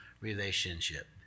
relationship